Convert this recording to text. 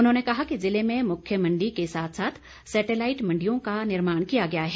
उन्होंने कहा कि जिले में मुख्य मंडी के साथ साथ सैटेलाईट मंडियों का निर्माण किया गया है